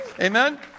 Amen